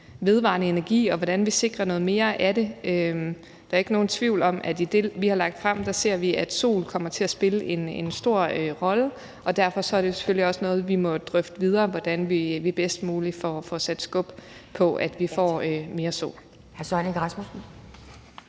vedvarende energi, og hvordan vi sikrer noget mere af det. Der er ikke nogen tvivl om, at vi i forhold til det, vi har lagt frem, ser, at solenergi kommer til at spille en stor rolle, og derfor er det selvfølgelig også noget, vi må drøfte videre, altså hvordan vi bedst muligt får sat skub på, at vi får mere